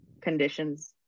conditions